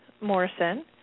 Morrison